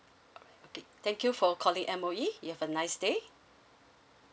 orh okay thank you for calling M_O_E you have a nice day